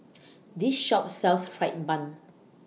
This Shop sells Fried Bun